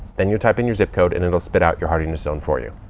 then you'll type in your zip code and it'll spit out your hardiness zone for you.